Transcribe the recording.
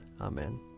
Amen